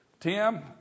Tim